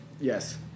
Yes